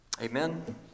Amen